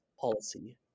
policy